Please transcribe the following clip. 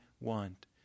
want